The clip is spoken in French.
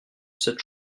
cette